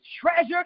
treasure